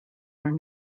are